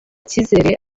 icyizere